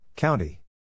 County